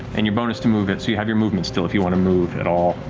and your bonus to move it, so you have your movement still if you want to move at all.